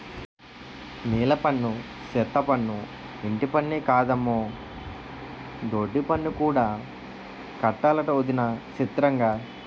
నీలపన్ను, సెత్తపన్ను, ఇంటిపన్నే కాదమ్మో దొడ్డిపన్ను కూడా కట్టాలటొదినా సిత్రంగా